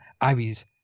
Ivy's